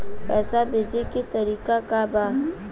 पैसा भेजे के तरीका का बा?